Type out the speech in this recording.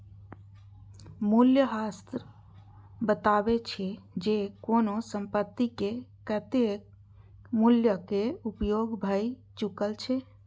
मूल्यह्रास बतबै छै, जे कोनो संपत्तिक कतेक मूल्यक उपयोग भए चुकल छै